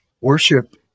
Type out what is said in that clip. worship